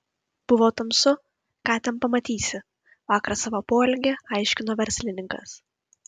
buvo tamsu ką ten pamatysi vakar savo poelgį aiškino verslininkas